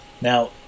Now